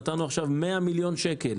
נתנו עכשיו 100 מיליון שקלים